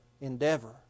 endeavor